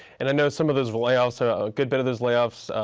and i know some of those layoffs, ah a good bit of those layoffs,